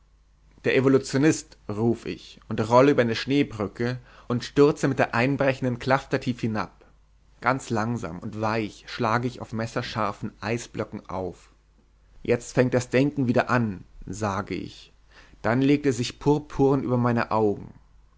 der evolutionist ruf ich und rolle über eine schneebrücke und stürze mit der einbrechenden klaftertief hinab ganz langsam und weich schlage ich auf messerscharfen eisblöcken auf jetzt fängt das denken wieder an sage ich dann legt es sich purpurn über meine augen